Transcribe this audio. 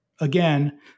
Again